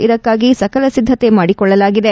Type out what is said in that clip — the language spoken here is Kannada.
ಇದಕ್ಕಾಗಿ ಸಕಲ ಸಿದ್ದತೆ ಮಾಡಿಕೊಳ್ಳಲಾಗಿದೆ